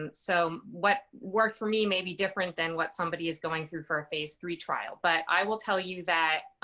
and so what worked for me may be different than what somebody is going through for a phase iii trial. but i will tell you that,